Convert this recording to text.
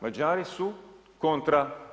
Mađari su kontra.